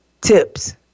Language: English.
tips